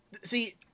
See